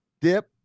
dip